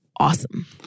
Awesome